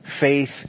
faith